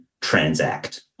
transact